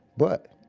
but,